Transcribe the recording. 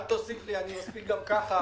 אל תוסיף לי, מספיק לי גם כך.